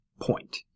point